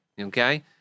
okay